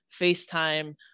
facetime